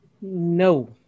No